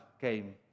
came